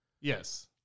Yes